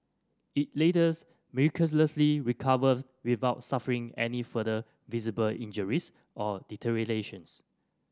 it later miraculously recovered without suffering any further visible injuries or